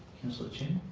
councillor chen.